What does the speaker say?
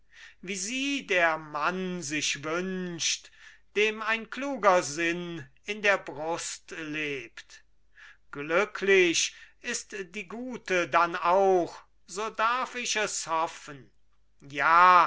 wie sie der mann sich wünscht dem ein kluger sinn in der brust lebt glücklich ist die gute dann auch so darf ich es hoffen ja